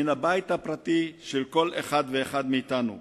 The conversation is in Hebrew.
מן הבית הפרטי של כל אחד ואחד מאתנו,